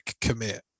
commit